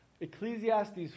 Ecclesiastes